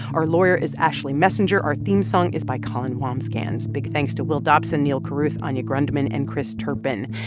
our lawyer is ashley messenger. our theme song is by colin wambsgans. big thanks to will dobson, neal carruth, anya grundmann and chris turpin.